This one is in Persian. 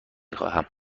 خواهم